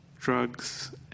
Drugs